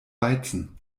weizen